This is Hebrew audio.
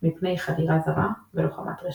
מפני חדירה זרה ולוחמת רשת.